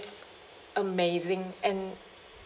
amazing and